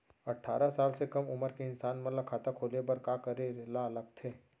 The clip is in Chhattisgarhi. अट्ठारह साल से कम उमर के इंसान मन ला खाता खोले बर का करे ला लगथे?